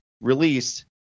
released